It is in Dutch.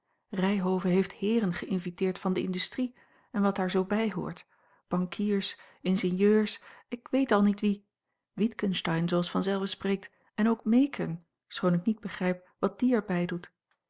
ryhove heeft heeren geïnviteerd van de industrie en wat daar zoo bij hoort bankiers ingenieurs ik weet al niet wie witgensteyn zooals vanzelve spreekt en ook meekern schoon ik niet begrijp wat die er bij doet